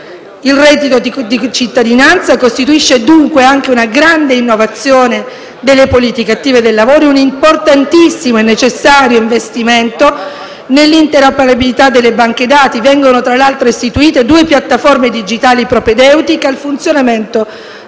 Il reddito di cittadinanza costituisce dunque anche una grande innovazione delle politiche attive del lavoro e un importantissimo e necessario investimento nell'interoperabilità delle banche dati. Vengono, tra l'altro, istituite due piattaforme digitali propedeutiche al funzionamento